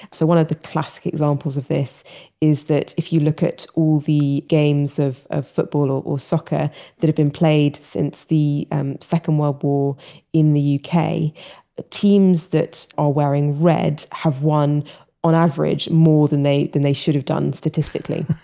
so one of the classic examples of this is that if you look at all the games of of football or soccer that have been played since the second world war in the uk, the teams that are wearing red have won on average more than they than they should have done statistically